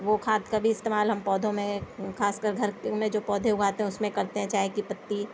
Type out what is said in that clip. وہ کھاد کا بھی استعمال ہم پودوں میں خاص کر گھر میں جو پودھے اُگاتے ہیں اُس میں کرتے ہیں چائے کی پتی